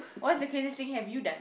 what's the craziest thing have you done